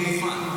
הכול מוכן.